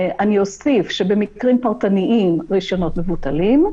אני אוסיף שבמקרים פרטניים רישיונות מבוטלים.